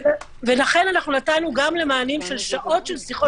לכן נתנו גם מענים של שעות של שיחות